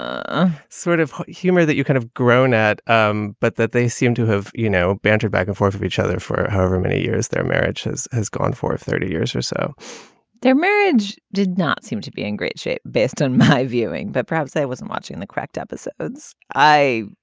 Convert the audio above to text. um sort of humor that you kind of grown at. um but that they seem to have, you know, banter back and forth of each other for however many years their marriages has has gone for thirty years or so their marriage did not seem to be in great shape. based on my viewing that perhaps they wasn't watching the correct episodes. i.